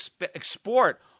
export